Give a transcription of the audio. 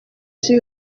sur